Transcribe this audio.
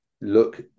look